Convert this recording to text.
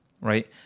right